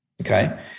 okay